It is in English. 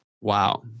wow